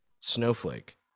Snowflake